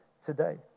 today